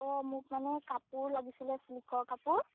অঁ মোক মানে কাপোৰ লাগিছিলে ছিল্কৰ কাপোৰ